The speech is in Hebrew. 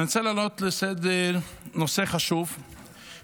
אני רוצה להעלות על סדר-היום נושא חשוב שמקשה